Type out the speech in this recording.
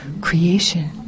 creation